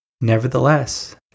Nevertheless